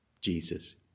Jesus